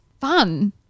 fun